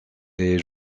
est